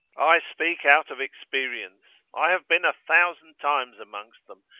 i speak out of experience, i have been a thousand times amongst them,